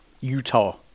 Utah